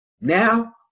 Now